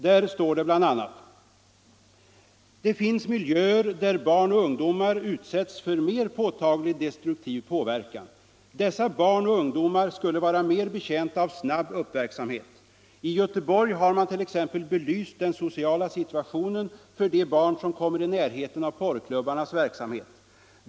Där står det bl.a.: ”Det finns miljöer där barn och ungdomar utsätts för mer påtaglig destruktiv påverkan. Dessa barn och ungdomar skulle vara mer betjänta av snabb uppmärksamhet. I Göteborg har man t.ex. belyst den sociala situationen för de barn som kommer i närheten av porrklubbarnas verksamhet.